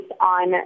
on